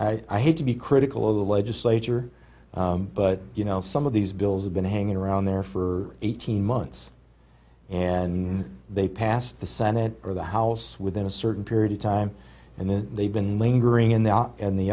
i hate to be critical of the legislature but you know some of these bills have been hanging around there for eighteen months and they passed the senate or the house within a certain period of time and then they've been lingering in there and the